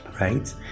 right